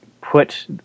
put